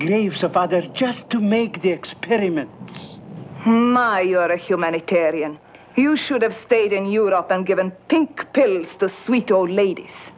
graves of others just to make the experiment a humanitarian you should have stayed in europe and given pink pills to sweet old ladies